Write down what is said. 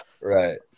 Right